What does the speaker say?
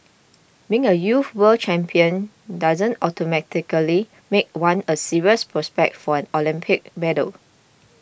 being a youth world champion doesn't automatically make one a serious prospect for an Olympic medal